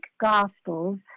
Gospels